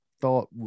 thought